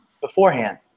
beforehand